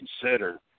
consider